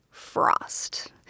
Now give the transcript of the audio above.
Frost